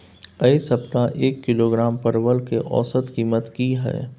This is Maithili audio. ऐ सप्ताह एक किलोग्राम परवल के औसत कीमत कि हय?